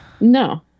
No